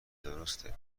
درسته